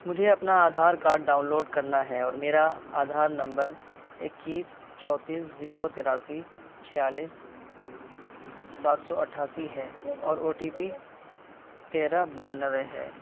مجھے اپنا Aadhaar card download کرنا ہے اور میرا آدھار نمبر اکیس چونتیس زیرو تراسی چھیالیس سات سو اٹھاسی ہے اور او ٹی پی تیرہ بانوے ہے